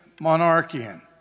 monarchian